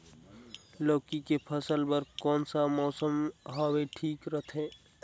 लौकी के फसल बार कोन सा मौसम हवे ठीक रथे?